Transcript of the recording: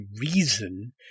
reason